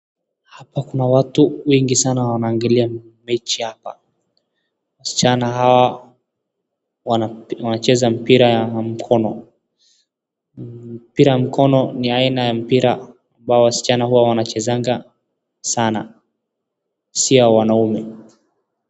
Hapa kuna watu wengi sana wanaangalia mechi hapa, wasichana hawa wanacheza mpira ya mkono, mpira ya mkono ni aina ya mpira ambayo wasichana huwa wanachezanga sana si ya wanaume.